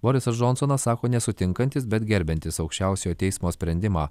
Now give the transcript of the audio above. borisas džonsonas sako nesutinkantis bet gerbiantis aukščiausiojo teismo sprendimą